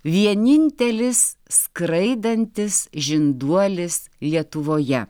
vienintelis skraidantis žinduolis lietuvoje